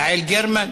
יעל גרמן,